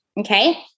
okay